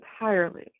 entirely